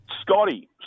Scotty